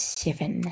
seven